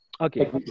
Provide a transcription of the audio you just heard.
Okay